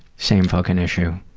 same fuckin' issue.